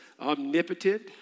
omnipotent